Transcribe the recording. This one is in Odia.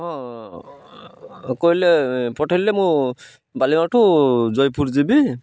ହଁ କହିଲେ ପଠାଇଲେ ମୁଁ ବାଲିଗାଁ ଠୁ ଜୟପୁର ଯିବି